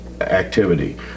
activity